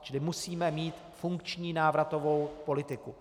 Čili musíme mít funkční návratovou politiku.